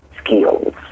skills